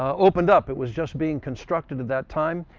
opened up, it was just being constructed at that time.